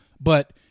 But-